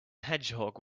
hedgehog